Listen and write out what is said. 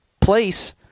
place